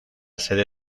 sede